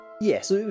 Yes